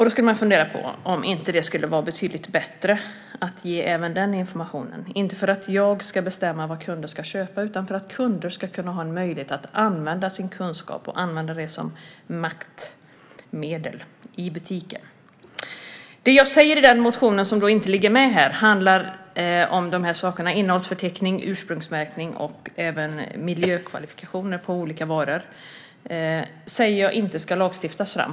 Då kan man fundera på om det inte skulle vara betydligt bättre att ge även den informationen, inte för att jag ska bestämma vad kunden ska köpa, utan för att kunden ska ha en möjlighet att använda sin kunskap och använda den som ett maktmedel i butiken. Det jag säger i motionen som inte ligger med här handlar om de här sakerna: innehållsförteckning, ursprungsmärkning och även miljödeklarationer på olika varor. Jag säger inte att det ska lagstiftas fram.